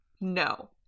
No